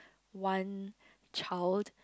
one child